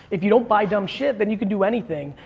if you don't buy dumb shit, then you can do anything.